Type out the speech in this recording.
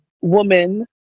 woman